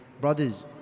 Brothers